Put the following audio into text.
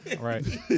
Right